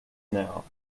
now